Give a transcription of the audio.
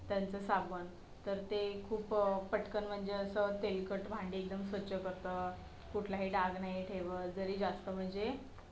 त्यांचं साबण तर ते खूप पटकन म्हणजे असं तेलकट भांडे एकदम स्वच्छ करतं कुठलाही डाग नाही ठेवत जरी जास्त म्हणजे